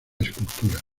escultura